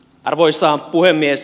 arvoisa puhemies